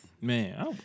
man